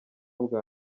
bwa